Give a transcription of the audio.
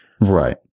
Right